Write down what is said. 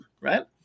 Right